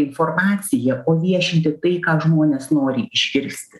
informaciją o viešinti tai ką žmonės nori išgirsti